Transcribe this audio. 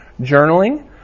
journaling